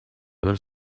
other